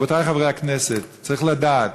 רבותי חברי הכנסת, צריך לדעת: